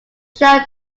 shown